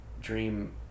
dream